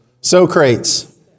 Socrates